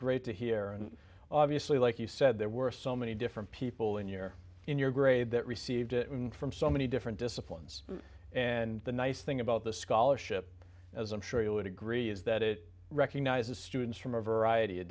great to hear and obviously like you said there were so many different people in your in your grade that received it from so many different disciplines and the nice thing about the scholarship as i'm sure you would agree is that it recognizes students from a variety of